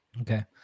Okay